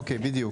אוקיי, בדיוק.